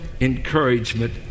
encouragement